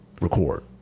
record